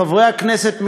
חברי הכנסת,